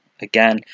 again